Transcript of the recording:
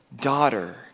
daughter